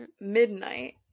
midnight